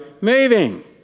moving